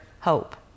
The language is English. hope